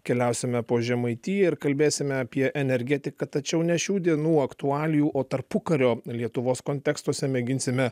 keliausime po žemaitiją ir kalbėsime apie energetiką tačiau ne šių dienų aktualijų o tarpukario lietuvos kontekstuose mėginsime